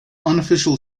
unofficial